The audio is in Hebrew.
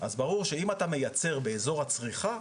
אז ברור שאם אתה מייצר באזור הצריכה,